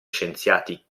scienziati